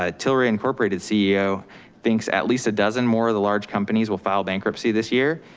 ah tilray incorporated ceo thinks at least a dozen more of the large companies will file bankruptcy this year.